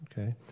Okay